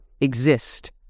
exist